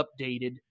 updated